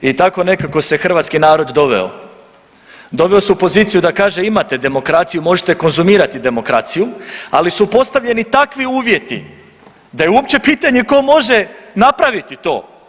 I tako nekako se hrvatski narod doveo, doveo se u poziciju da kaže imate demokraciju, možete konzumirati demokraciju, ali su postavljeni takvi uvjeti da je uopće pitanje tko može napraviti to.